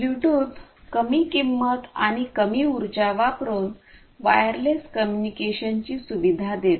Bluetooth कमी किंमत आणि कमी उर्जा वापरून वायरलेस कम्युनिकेशनची सुविधा देते